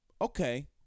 Okay